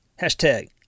Hashtag